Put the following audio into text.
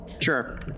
Sure